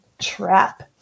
trap